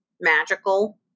magical